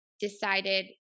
decided